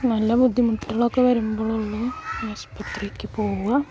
നല്ല ബുദ്ധിമുട്ടുകളൊക്കെ വരുമ്പോഴൊള്ളൂ ഹോസ്പിറ്റിലേക്ക് പോവുക